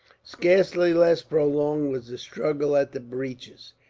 scarcely less prolonged was the struggle at the breaches.